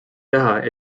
taha